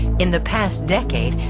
in the past decade,